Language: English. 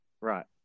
Right